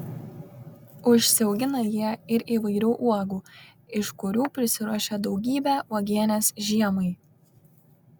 užsiaugina jie ir įvairių uogų iš kurių prisiruošia daugybę uogienės žiemai